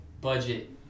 budget